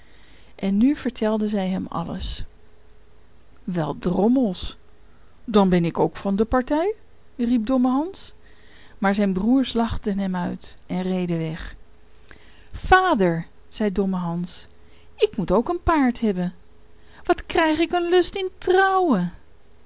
en nu vertelden zij hem alles wel drommels dan ben ik ook van de partij riep domme hans maar zijn broers lachten hem uit en reden weg vader zei domme hans ik moet ook een paard hebben wat krijg ik een lust in trouwen